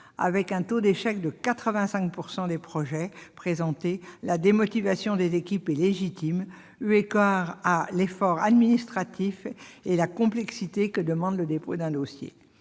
Avec un taux d'échec de 85 % des projets présentés, la démotivation des équipes est légitime eu égard à l'effort administratif et à la complexité que demande le dépôt d'un dossier.